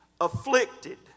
afflicted